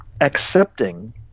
accepting